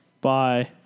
bye